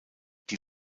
die